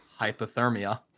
hypothermia